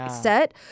set